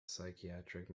psychiatric